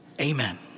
Amen